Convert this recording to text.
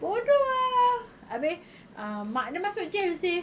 bodoh ah abeh um mak dia masuk jail seh